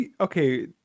okay